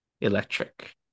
electric